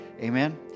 Amen